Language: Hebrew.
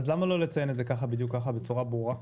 למה לא לציין את זה בדיוק כך בצורה ברורה?